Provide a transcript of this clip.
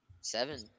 Seven